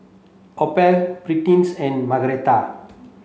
Opal Prentice and Margarette